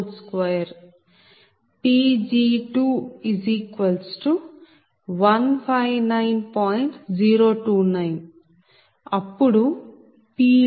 029 అప్పుడు PLoss 0